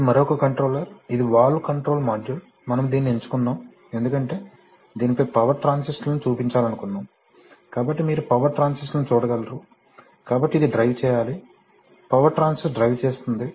ఇది మరొక కంట్రోలర్ ఇది వాల్వ్ కంట్రోల్ మాడ్యూల్ మనము దీన్ని ఎంచుకున్నాము ఎందుకంటే దీనిపై పవర్ ట్రాన్సిస్టర్లను చూపించాలనుకున్నాము కాబట్టి మీరు పవర్ ట్రాన్సిస్టర్లను చూడగలరు కాబట్టి ఇది డ్రైవ్ చేయాలి పవర్ ట్రాన్సిస్టర్ డ్రైవ్ చేస్తుంది